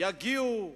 יגיעו,